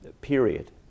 period